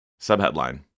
Subheadline